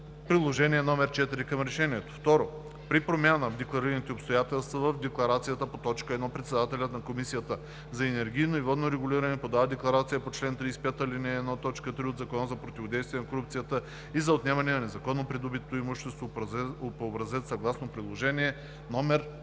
Приложение № 4 към решението. 2. При промяна в декларираните обстоятелства в декларацията по т. 1 председателят на Комисията за енергийно и водно регулиране подава декларация по чл. 35, ал. 1, т. 3 от Закона за противодействие на корупцията и за отнемане на незаконно придобитото имущество по образец съгласно Приложение № 5